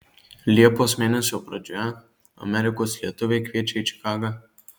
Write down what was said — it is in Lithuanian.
liepos mėnesio pradžioje amerikos lietuviai kviečia į čikagą